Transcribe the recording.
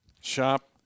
Shop